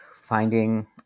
finding